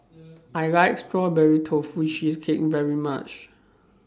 I like Strawberry Tofu Cheesecake very much